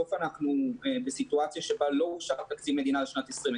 בסוף אנחנו בסיטואציה שבה לא אושר תקציב המדינה לשנת 2020,